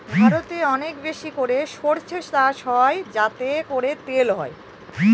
ভারতে অনেক বেশি করে সর্ষে চাষ হয় যাতে করে তেল হয়